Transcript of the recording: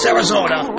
Arizona